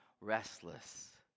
restless